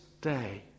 day